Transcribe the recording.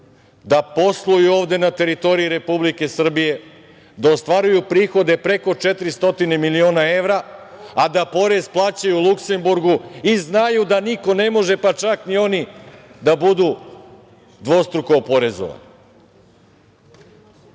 da posluju ovde na teritoriji Republike Srbije, da ostvaruju prihode od preko 400 miliona evra, a da porez plaćaju Luksemburgu i znaju da niko ne može, pa čak ni oni, da budu dvostruko oporezovani.